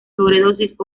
sobredosis